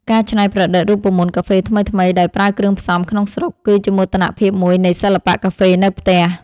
ការច្នៃប្រឌិតរូបមន្តកាហ្វេថ្មីៗដោយប្រើគ្រឿងផ្សំក្នុងស្រុក គឺជាមោទនភាពមួយនៃសិល្បៈកាហ្វេនៅផ្ទះ។